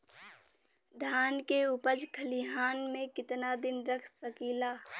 धान के उपज खलिहान मे कितना दिन रख सकि ला?